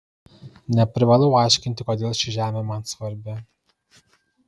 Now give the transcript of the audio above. neprivalau aiškinti kodėl ši žemė man svarbi